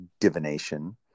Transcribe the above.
divination